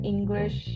English